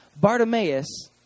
Bartimaeus